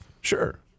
Sure